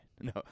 No